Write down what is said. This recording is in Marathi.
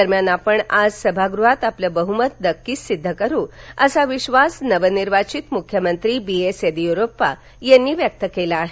दरम्यान आपण आज सभागृहात आपलं बह्मत नक्कीच सिद्ध करू असा विश्वास नवनिर्वाचित मुख्यमंत्री बी क्रि येदीयुरप्पा यांनी व्यक्त केला आहे